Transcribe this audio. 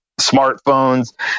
smartphones